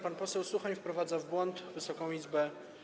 Pan poseł Suchoń wprowadza w błąd Wysoką Izbę.